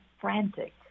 frantic